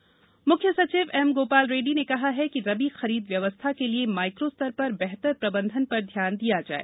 रबी खरीद मुख्य सचिव एम गोपाल रेड्डी ने कहा है कि रबी खरीद व्यवस्था के लिये माइक्रो स्तर पर बेहतर प्रबंधन पर ध्यान दिया जाये